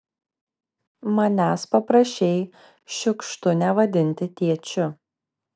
manęs paprašei šiukštu nevadinti tėčiu